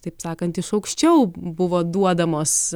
taip sakant iš aukščiau buvo duodamos